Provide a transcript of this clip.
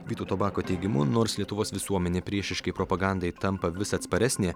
vytauto bako teigimu nors lietuvos visuomenė priešiškai propagandai tampa vis atsparesnė